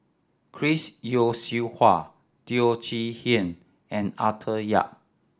Chris Yeo Siew Hua Teo Chee Hean and Arthur Yap